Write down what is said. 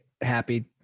happy